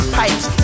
pipes